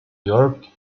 york